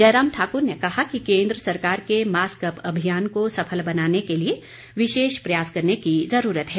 जयराम ठाक्र ने कहा कि केन्द्र सरकार के मास्क अप अभियान को सफल बनाने के लिए विशेष प्रयास करने की ज़रूरत है